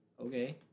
Okay